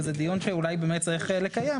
וזה דיון שאולי צריך לקיים,